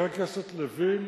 חבר הכנסת לוין,